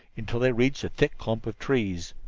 until they reached a thick clump of trees.